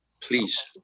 Please